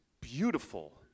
beautiful